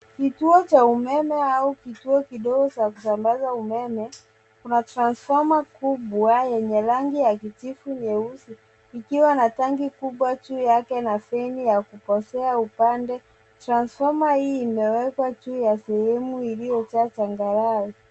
Kituo cha umeme au kituo kidogo za kusambaza umeme una transfoma kubwa yenye rangi ya kijivu nyeusi ikiwa na tanki kubwa juu yake na na feni na kupozea upande. Transfoma hii imewekwa juu ya sehemu iliyojaa changarawe.